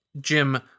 Jim